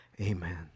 Amen